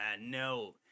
no